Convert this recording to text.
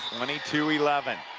twenty two eleven